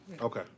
Okay